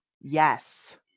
Yes